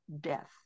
death